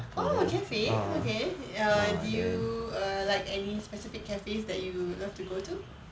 oh cafe okay err do you err like any specific cafes that you love to go to